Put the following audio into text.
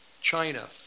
China